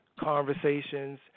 conversations